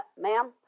ma'am